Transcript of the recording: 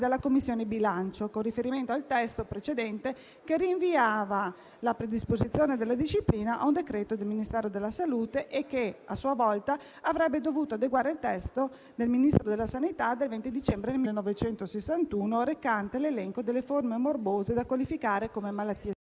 dalla Commissione bilancio con riferimento al testo precedente, che rinviava la predisposizione della disciplina a un decreto del Ministero della salute, che, a sua volta, avrebbe dovuto adeguare il testo del Ministero della sanità del 20 dicembre 1961 recante l'elenco delle forme morbose da qualificare come malattie